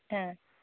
ಹಾಂ